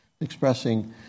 Expressing